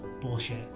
bullshit